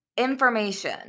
Information